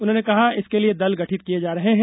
उन्होंने कहा इसके लिए दल गठित किये जा रहे हैं